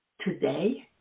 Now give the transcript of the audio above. today